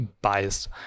biased